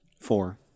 Four